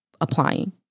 applying